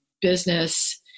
business